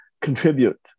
contribute